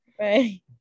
Right